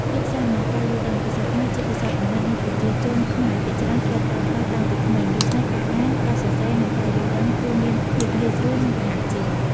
ភាពស៊ាំ និងការយល់ដឹង ភាសាខ្មែរជាភាសាកំណើតដែលប្រជាជនខ្មែរភាគច្រើនធ្លាប់ប្រើប្រាស់តាំងពីក្មេង ដូច្នេះការអាន ការសរសេរ និងការយល់ដឹងគឺមានភាពងាយស្រួល និងរហ័សជាង។